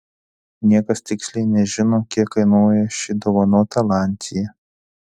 niekas tiksliai nežino kiek kainuoja ši dovanota lancia